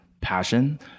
passion